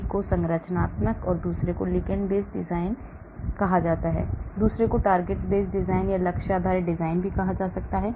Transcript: एक को संरचना और लिगैंड आधारित डिजाइन कहा जाता है दूसरे को लक्ष्य आधारित डिजाइन कहा जाता है